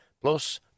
plus